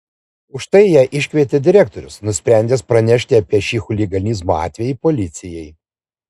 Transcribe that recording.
už tai ją išsikvietė direktorius nusprendęs pranešti apie šį chuliganizmo atvejį policijai